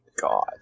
god